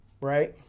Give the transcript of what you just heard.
right